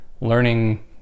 learning